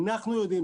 אנחנו יודעים,